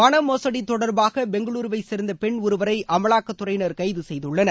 பண மோசுடி தொடர்பாக பெங்களுருவைச் சேர்ந்த பெண் ஒருவரை அமலாக்கத் துறையினர் கைது செய்குள்ளனர்